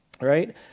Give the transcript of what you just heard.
right